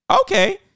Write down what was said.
okay